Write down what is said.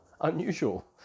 unusual